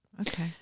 okay